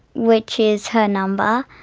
which is her number.